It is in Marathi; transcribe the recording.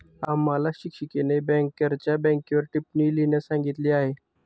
आम्हाला शिक्षिकेने बँकरच्या बँकेवर टिप्पणी लिहिण्यास सांगितली आहे